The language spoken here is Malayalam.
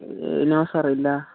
നോ സർ ഇല്ല